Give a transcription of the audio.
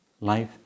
life